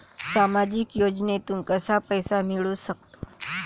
सामाजिक योजनेतून कसा पैसा मिळू सकतो?